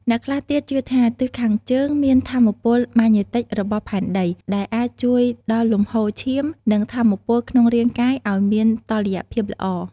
អ្នកខ្លះទៀតជឿថា ទិសខាងជើងមានថាមពលម៉ាញេទិចរបស់ផែនដី ដែលអាចជួយដល់លំហូរឈាម និងថាមពលក្នុងរាងកាយឱ្យមានតុល្យភាពល្អ។